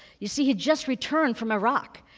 you see, he'd just returned from iraq,